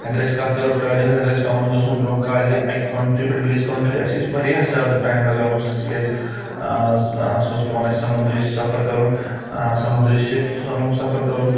اگر أسۍ کتَھ کرو ٹَرٛٮ۪ولِنٛگ اگر أسۍ پؠوان اوس سَن برونٛہہ کالہِ اَکہِ کَنٛٹرِی پؠٹھ بیٚیِس کَنٛٹرِی اسہِ ٲسۍ واریاہ زیادٕ ٹایِم لگان اوس تِکیازِ سُہ اوس پؠوان اسہِ سَمَنٛدری سفر کرُن سَمَنٛدری شِپٕس سَن ہُنٛد سفر کرُن